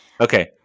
okay